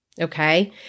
okay